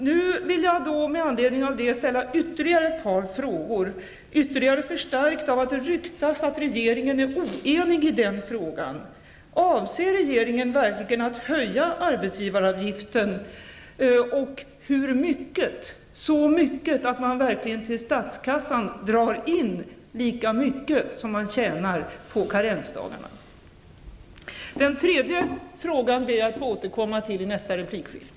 Med anledning av det vill jag ställa ytterligare ett par frågor, vilka förstärks av att det ryktas att regeringen är oenig i frågan. Avser regeringen verkligen att höja arbetsgivaravgiften, och i så fall med hur mycket? Är det så mycket att man verkligen drar in lika mycket till statskassan som man tjänar på karensdagarna?